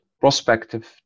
prospective